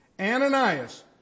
Ananias